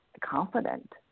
confident